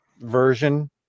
version